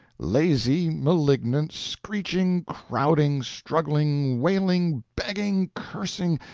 lazy, malignant, screeching, crowding, struggling, wailing, begging, cursing,